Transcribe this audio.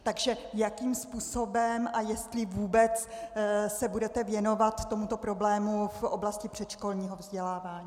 Takže jakým způsobem a jestli vůbec se budete věnovat tomuto problému v oblasti předškolního vzdělávání.